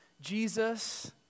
Jesus